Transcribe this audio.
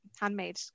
handmade